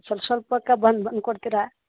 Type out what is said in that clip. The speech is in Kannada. ಸ್ವಲ್ಪ ಸ್ವಲ್ಪಕ್ಕೆ ಬಂದು ಬಂದು ಕೊಡ್ತೀರಾ